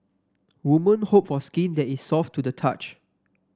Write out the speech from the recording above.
woman hope for skin that is soft to the touch